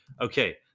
okay